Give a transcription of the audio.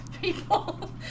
People